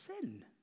sin